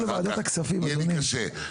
יהיה לי קשה.